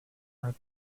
are